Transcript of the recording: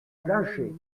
plancher